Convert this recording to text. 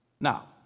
Now